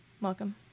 Welcome